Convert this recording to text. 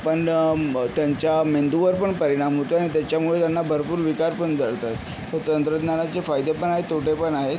पण म त्यांच्या मेंदूवर पण परिणाम होतो आहे आणि त्याच्यामुळे त्यांना भरपूर विकार पण जडतात तर तंत्रज्ञानाचे फायदे पण आहेत तोटे पण आहेत